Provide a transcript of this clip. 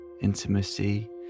intimacy